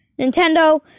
Nintendo